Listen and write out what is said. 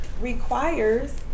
requires